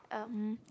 um